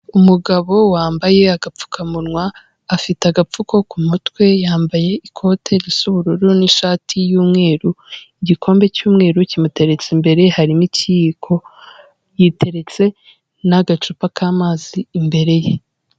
Umugabo wambaye agapfukamunwa afite agapfuko ku mutwe yambaye ikote risa ubururu n'ishati y'umweru, igikombe cy'umweru kimuteretse imbere harimo ikiyiko yiteretse n'agacupa k'amazi imbere ye.